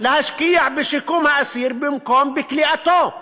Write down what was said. להשקיע בשיקום האסיר במקום בכליאתו.